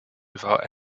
without